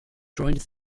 joined